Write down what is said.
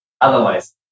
Otherwise